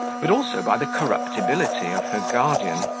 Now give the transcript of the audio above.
but also by the corruptibility of her guardian,